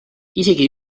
isegi